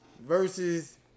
versus